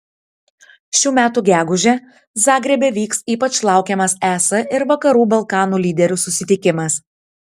šių metų gegužę zagrebe vyks ypač laukiamas es ir vakarų balkanų lyderių susitikimas